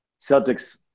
Celtics